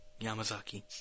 Yamazaki